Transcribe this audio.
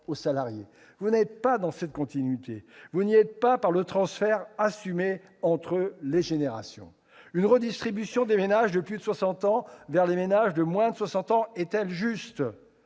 aux salariés. Vous n'êtes pas dans cette continuité, vous n'y êtes pas en raison du transfert assumé entre les générations. Une redistribution des ménages de plus de 60 ans vers les ménages de moins de 60 ans est-elle juste ?